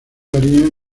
varían